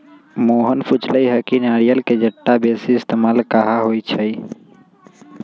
मोहन पुछलई कि नारियल के जट्टा के बेसी इस्तेमाल कहा होई छई